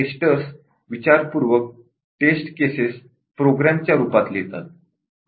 testers विचारपूर्वक test cases program च्या रूपात लिहितात